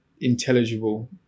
intelligible